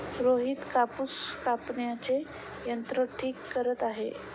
रोहित कापूस कापण्याचे यंत्र ठीक करत आहे